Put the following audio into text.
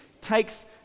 takes